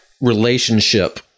relationship